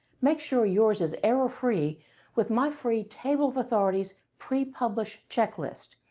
make sure yours is error-free with my free table of authorities pre-publish checklist.